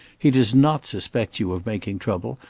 he does not suspect you of making trouble,